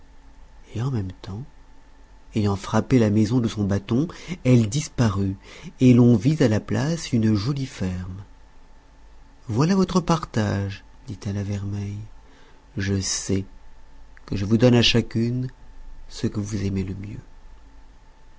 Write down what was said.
et en même temps ayant frappé la maison de son bâton elle disparut et l'on vit à la place une jolie ferme voilà votre partage dit-elle à vermeille je sais que je vous donne à chacune ce que vous aimez le mieux